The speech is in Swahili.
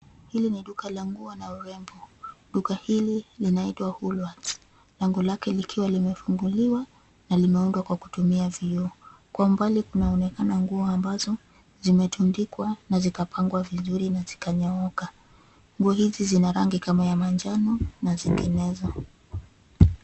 Hili ni duka la nguo na urembo. Duka hili linaitwa Woolworths. Lango lake likiwa limefunguliwa na limeundwa kwa kutumia vioo. Kwa mbali kunaonekana nguo ambazo zimetundikwa na zikapangwa vizuri na zikanyooka. Nguo hizi zina rangi kama ya manjano na zinginezo.